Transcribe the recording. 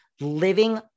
living